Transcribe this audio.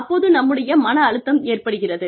அப்போது நம்முடைய மன அழுத்தம் ஏற்படுகிறது